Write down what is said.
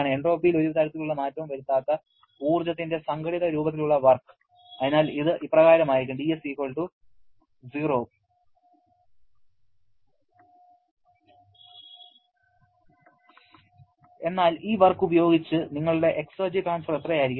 എൻട്രോപ്പിയിൽ ഒരു തരത്തിലുള്ള മാറ്റവും വരുത്താത്ത ഊർജ്ജത്തിന്റെ സംഘടിത രൂപത്തിലുള്ള വർക്ക് അതിനാൽ ഇത് ഇപ്രകാരമായിരിക്കും dS0 എന്നാൽ ഈ വർക്ക് ഉപയോഗിച്ച് നിങ്ങളുടെ എക്സർജി ട്രാൻസ്ഫർ എത്രയായിരിക്കും